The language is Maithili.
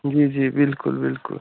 जी जी बिल्कुल बिल्कुल